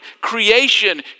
creation